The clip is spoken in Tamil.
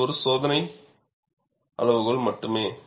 இது ஒரு சோதனை அளவுகோல் மட்டுமே